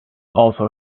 also